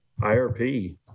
IRP